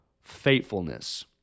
faithfulness